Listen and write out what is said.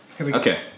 Okay